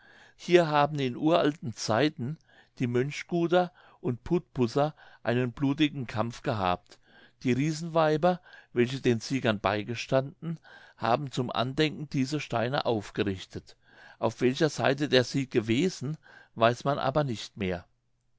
hier haben in uralten zeiten die mönchguter und putbusser einen blutigen kampf gehabt die riesenweiber welche den siegern beigestanden haben zum andenken diese steine aufgerichtet auf welcher seite der sieg gewesen weiß man aber nicht mehr